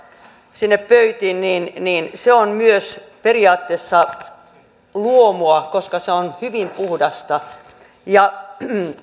sinne pöytiin on myös periaatteessa luomua koska se on hyvin puhdasta